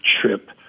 trip